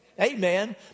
amen